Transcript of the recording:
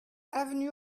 avenue